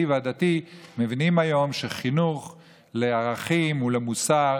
והדתי מבינים היום שחינוך לערכים ולמוסר,